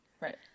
Right